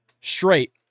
straight